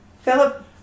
Philip